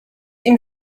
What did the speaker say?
ihm